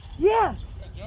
Yes